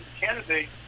candidate